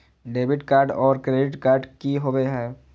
Debit card और credit card की होवे हय?